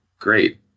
great